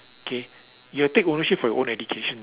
K you have to take ownership for your own education